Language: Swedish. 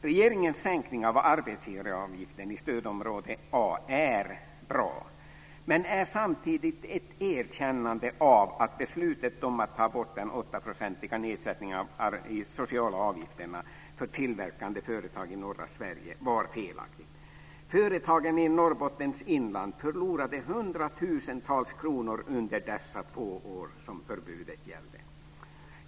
Regeringens sänkning av arbetsgivaravgiften i stödområde A är bra, men det är samtidigt ett erkännande av att beslutet om att ta bort den åttaprocentiga nedsättningen i de sociala avgifterna för tillverkande företag i norra Sverige var felaktigt. Företagen i Norrbottens inland förlorade hundratusentals kronor under de två år som förbudet gällde.